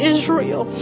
Israel